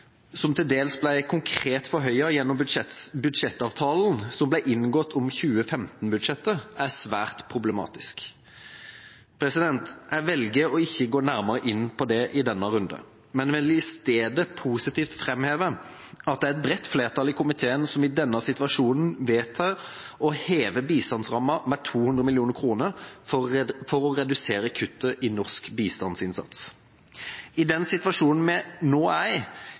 som til dels ble konkret forhøyet gjennom budsjettavtalen som ble inngått om 2015-budsjettet, er svært problematisk. Jeg velger ikke å gå nærmere inn på det i denne runden, men vil i stedet positivt framheve at det er et bredt flertall i komiteen som i denne situasjonen vedtar å heve bistandsrammen med 200 mill. kr for å redusere kuttet i norsk bistandsinnsats. I den situasjonen vi nå er